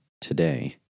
today